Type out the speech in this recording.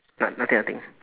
na~ nothing nothing